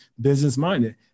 business-minded